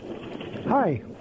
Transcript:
Hi